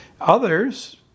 Others